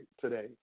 today